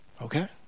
okay